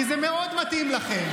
כי זה מאוד מתאים לכם.